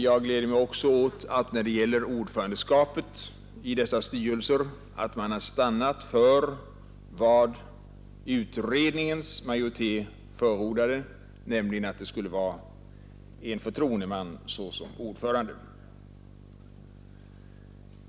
När det gäller ordförandeskapet i dessa styrelser gläder det mig att man har stannat för vad utredningens majoritet har förordat, nämligen att en förtroendeman skall vara ordförande.